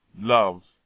love